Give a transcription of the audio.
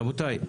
רבותיי,